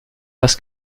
das